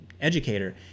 educator